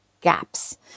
gaps